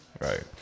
Right